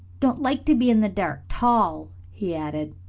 don't like to be in the dark tall, he added.